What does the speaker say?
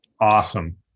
Awesome